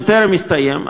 שטרם הסתיים,